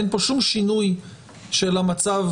אין פה שום שינוי של המצב